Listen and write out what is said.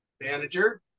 manager